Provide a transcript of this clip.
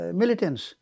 militants